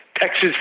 Texas